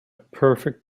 perfect